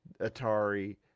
atari